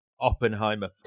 oppenheimer